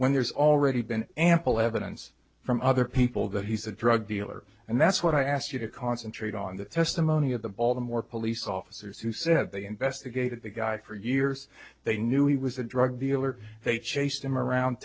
when there's already been ample evidence from other people that he's a drug dealer and that's what i asked you to concentrate on the testimony of the baltimore police officers who said they investigated the guy for years they knew he was a drug dealer they chased him around